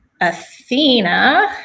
Athena